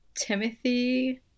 Timothy